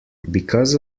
because